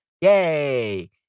Yay